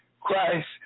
Christ